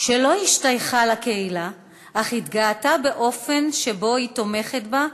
שלא השתייכה לקהילה אך התגאתה באופן שבו היא תומכת בה,